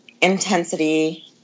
Intensity